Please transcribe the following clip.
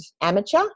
amateur